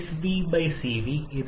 565 കണക്കാക്കി